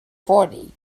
fourty